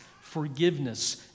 forgiveness